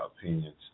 opinions